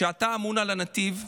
אתה אמון על נתיב.